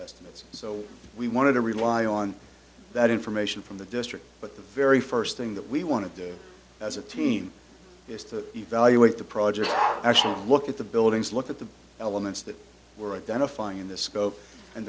estimates so we want to rely on that information from the district but the very first thing that we want to do as a team is to evaluate the project actually look at the buildings look at the elements that we're identifying in the scope and